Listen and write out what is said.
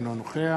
אינו נוכח